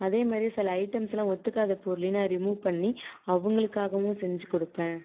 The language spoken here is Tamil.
அதே மாதிரி சில ஐட்டம்ஸ்லாம் ஒத்துக்காத பொருளையும் நான் ரிமூவ் பண்ணி அவர்களுக்காகவும் செஞ்சு கொடுப்பேன்